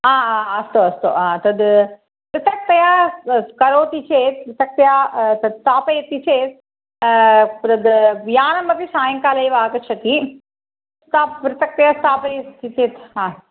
हा अस्तु अस्तु हा तत् पृथक्तया करोति चेत् तस्य तत् स्थापयति चेत् तद् यानमपि सायङ्काले एव आगच्छति सा पृथक्तया स्थापयति चेत्